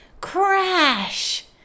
Crash